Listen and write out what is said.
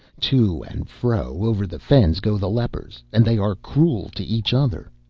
to and fro over the fens go the lepers, and they are cruel to each other.